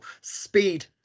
speed